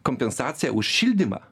kompensaciją už šildymą